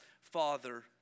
Father